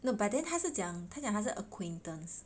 no but then 他是讲他讲他是 acquaintance